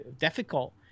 difficult